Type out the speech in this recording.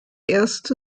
erste